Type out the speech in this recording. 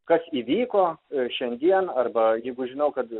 kas įvyko šiandien arba jeigu žinau kad